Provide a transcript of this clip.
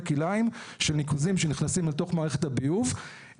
כלאיים של ניקוזים שנכנסים אל תוך מערכת הביוב,